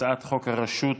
הצעת חוק המכינות